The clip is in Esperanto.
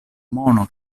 mono